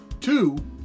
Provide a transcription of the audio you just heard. two